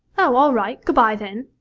oh, all right. good-bye, then.